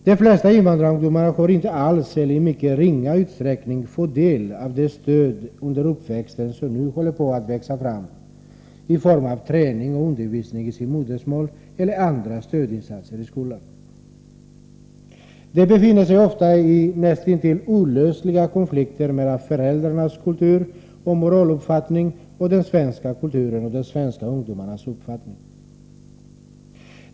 De flesta invandrarungdomar har under uppväxten inte alls eller i mycket ringa utsträckning fått del av det stöd som nu håller på att växa fram i form av träning och undervisning i sitt modersmål eller i form av stödinsatser i skolan. De befinner sig ofta i näst intill olösliga konflikter mellan föräldrarnas kulturoch moraluppfattning och den svenska kulturen och de svenska ungdomarnas uppfattning.